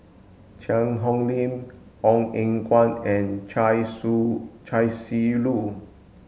Cheang Hong Lim Ong Eng Guan and Chia Su Chia Shi Lu